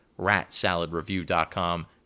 ratsaladreview.com